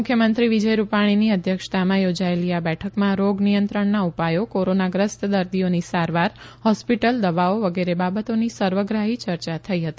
મુખ્યમંત્રી વિજય રૂપાણીની અધ્યક્ષતામાં યોજાયેલી આ બેઠકમાં રોગ નિયંત્રણના ઉપાયો કોરોનાગ્રસ્ત દર્દીઓની સારવાર હોસ્પિટલ દવાઓ વગેરે બાબતોની સર્વગ્રાફી યર્ચા થઈ હતી